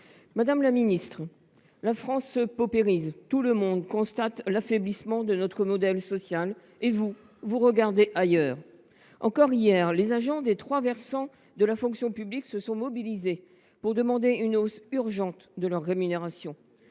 des solidarités, la France se paupérise, tout le monde constate l’affaiblissement de notre modèle social et vous regardez ailleurs… Hier encore, les agents des trois versants de la fonction publique se sont mobilisés pour demander une hausse urgente de leurs rémunérations.